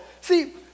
see